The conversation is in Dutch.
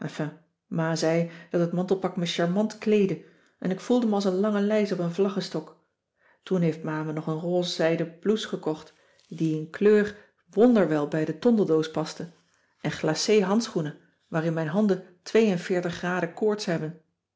ma zei dat het mantelpak me charmant kleedde en ik voelde me als een lange lijs op een vlaggestok toen heeft ma me nog een rose zijden blouse gekocht die in kleur cissy van marxveldt de h b s tijd van joop ter heul wonderwel bij de tondeldoos paste en glacé handschoenen waarin mijn handen twee en veertig graden koorts hebben